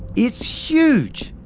it's huge!